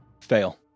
Fail